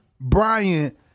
Brian